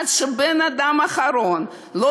עד שלא נשאר בן-אדם אחד במתנ"ס,